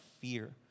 fear